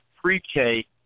pre-K